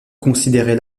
considérait